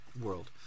world